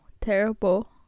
terrible